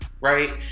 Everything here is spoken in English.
right